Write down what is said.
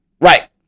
Right